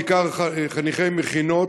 בעיקר חניכי מכינות,